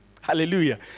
Hallelujah